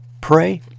Pray